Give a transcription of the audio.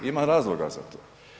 Ima razloga za to.